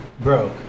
Bro